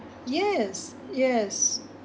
yes yes